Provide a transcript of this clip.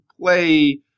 play